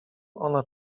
ona